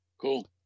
cool